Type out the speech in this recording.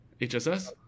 HSS